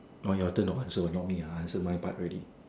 orh your turn to answer not me ah I answer my part already